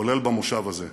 כולל במושב הזה.